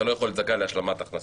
אתה לא יכול להיות זכאי להשלמת הכנסה.